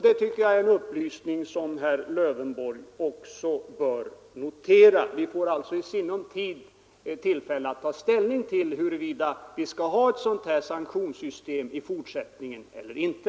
Det tycker jag är en upplysning som herr Lövenborg bör notera. Vi får i sinom tid tillfälle att ta ställning till huruvida vi skall ha ett sanktionssystem i fortsättningen eller inte.